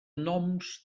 noms